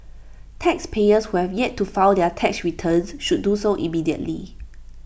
taxpayers who have yet to file their tax returns should do so immediately